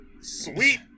Sweet